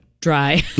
dry